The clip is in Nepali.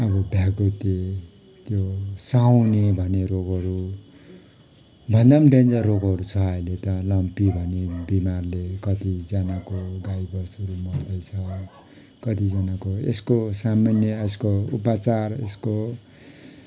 अब भ्यागुते त्यो साउने भन्ने रोगहरू भन्दा पनि डेन्जर रोगहरू छ अहिले त लम्पी भन्ने बिमारले कतिजनाको गाई बस्तुहरू मर्दैछ कतिजनाको यसको सामान्य यसको उपचार यसको